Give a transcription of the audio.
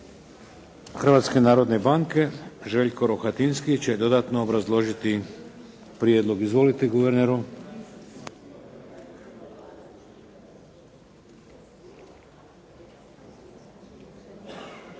Hrvatske narodne banke, Željko Rohatinski će dodatno obrazložiti prijedlog. Izvolite guverneru.